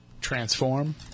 transform